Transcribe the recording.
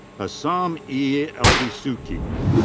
hassan e. eldesouky.